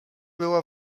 była